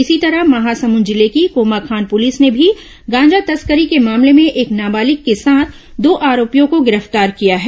इसी तरह महासमुंद जिले की कोमाखान पुलिस ने भी गांजा तस्करी के मामले में एक नाबालिग के साथ दो आर्रोपियों को गिरफ्तार किया है